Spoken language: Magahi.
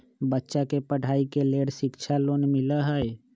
बच्चा के पढ़ाई के लेर शिक्षा लोन मिलहई?